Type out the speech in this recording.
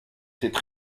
étaient